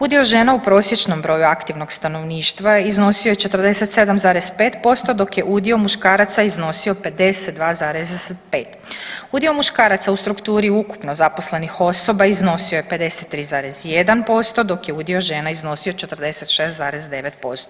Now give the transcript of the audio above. Udio žena u prosječnom broju aktivnog stanovništva iznosio je 47,5% dok je udio muškaraca iznosio 52… [[Govornik se ne razumije]] Udio muškaraca u strukturi ukupno zaposlenih osoba iznosio je 53,1% dok je udio žena iznosio 46.9%